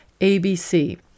ABC